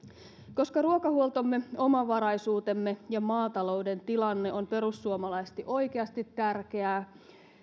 koska ruokahuoltomme omavaraisuutemme ja maatalouden tilanne on perussuomalaisista oikeasti tärkeää